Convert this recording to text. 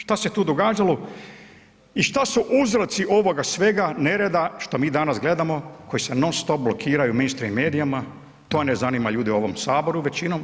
Što se tu događalo i što su uzroci ovoga svega, nereda što mi danas gledamo koji se non stop blokiraju u mainstream medijima, to ne zanima ljude u ovom Saboru, većinom.